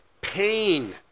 pain